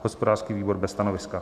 Hospodářský výbor: bez stanoviska.